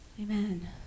Amen